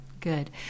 Good